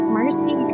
mercy